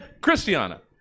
Christiana